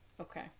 okay